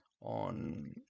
on